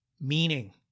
Meaning